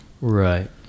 Right